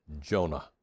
Jonah